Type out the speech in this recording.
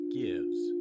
gives